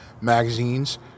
magazines